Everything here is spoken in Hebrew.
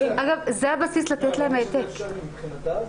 זה משהו שצריך לתת עליו את הדעת,